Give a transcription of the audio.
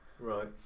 Right